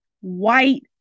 white